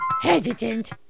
Hesitant